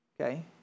Okay